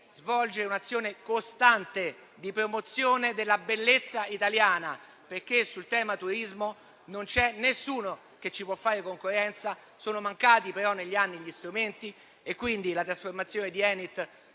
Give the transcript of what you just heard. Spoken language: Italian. svolgere un'azione costante di promozione della bellezza italiana, perché sul tema del turismo non c'è nessuno che ci possa fare concorrenza. Sono mancati però negli anni gli strumenti e, quindi, la trasformazione di Enit